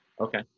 Okay